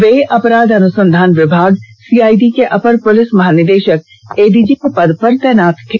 वे अपराध अनुसंधान विभाग सीआइडी के अपर पुलिस महानिदेशक एडीजी के पद पर तैनात थे